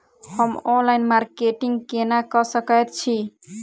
हम online marketing केना कऽ सकैत छी?